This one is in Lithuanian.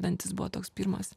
dantys buvo toks pirmas